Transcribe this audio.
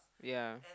ya